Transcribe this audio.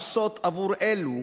ויישר כוח על כל מה שאת עושה,